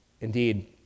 Indeed